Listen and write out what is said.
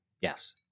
Yes